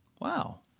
Wow